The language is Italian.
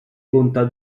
conta